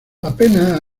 apenas